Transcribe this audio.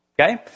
Okay